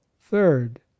Third